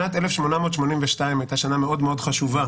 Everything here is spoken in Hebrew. שנת 1882 הייתה שנה מאוד מאוד חשובה